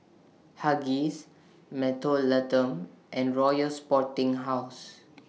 Huggies Mentholatum and Royal Sporting House